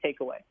takeaway